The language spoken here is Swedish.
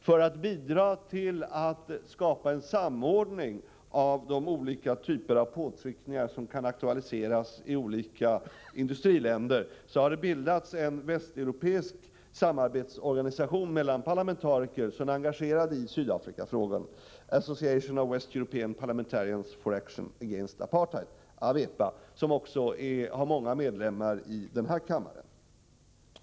För att bidra till att skapa en samordning av de olika typer av påtryckningar som kan aktualiseras i skilda industriländer har det bildats en västeuropeisk samarbetsorganisation mellan parlamentariker som är engagerade i Sydafrikafrågan — Association of West European Parlamentarians for Action against Apartheid, AWEPA. Den organisationen har också många medlemmar i den här kammaren.